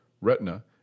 retina